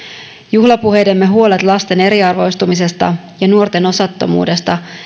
juhlapuheidemme huolet lasten eriarvoistumisesta ja nuorten osattomuudesta